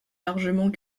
largement